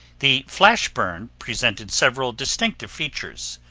the flash burn presented several distinctive features.